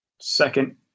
second